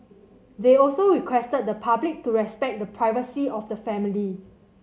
they also requested the public to respect the privacy of the family